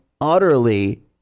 utterly